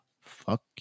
fuck